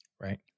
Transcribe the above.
Right